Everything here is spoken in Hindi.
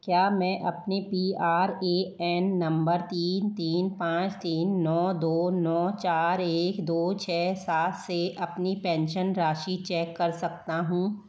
क्या मैं अपने पी आर ए एन नंबर तीन तीन पाँच तीन नौ दो नौ चार एक दो छः सात से अपनी पेंशन राशि चेक कर सकता हूँ